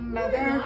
Mother